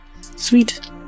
sweet